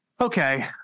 Okay